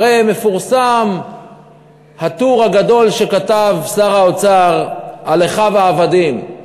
הרי מפורסם הטור הגדול שכתב שר האוצר על אחיו העבדים,